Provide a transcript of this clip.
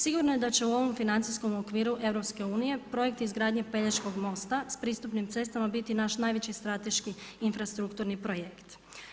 Sigurno je da će u ovom financijskom okviru EU projekt izgradnje Pelješkog mosta s pristupnim cestama biti naš najveći strateški infrastrukturni projekt.